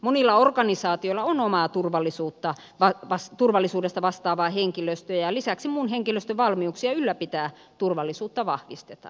monilla organisaatioilla on omaa turvallisuudesta vastaavaa henkilöstöä ja lisäksi muun henkilöstön valmiuksia ylläpitää turvallisuutta vahvistetaan